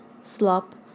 slop